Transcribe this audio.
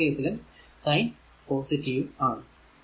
എല്ലാ കേസിലും sign positive ആണ്